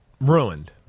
Ruined